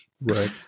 Right